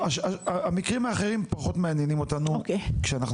המקרים האחרים פחות מעניינים אותנו כשאנחנו